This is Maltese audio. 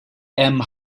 hemm